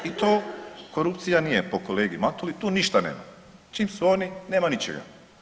I to korupcija nije po kolegi Matuli, tu ništa nema, čim su oni nema ničega.